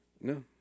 No